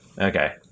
Okay